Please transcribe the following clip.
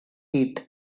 eat